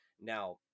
Now